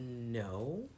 No